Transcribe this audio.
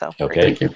Okay